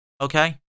Okay